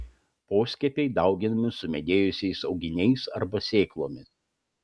poskiepiai dauginami sumedėjusiais auginiais arba sėklomis